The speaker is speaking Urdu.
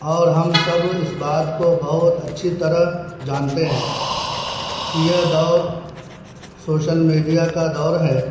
اور ہم سب اس بات کو بہت اچھی طرح جانتے ہیں کہ یہ دور سوشل میڈیا کا دور ہے